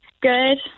Good